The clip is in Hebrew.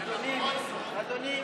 אדוני,